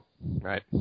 Right